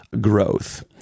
growth